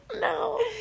No